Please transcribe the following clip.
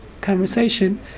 conversation